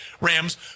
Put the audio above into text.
Rams